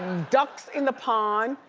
ducks in the pond.